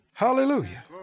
Hallelujah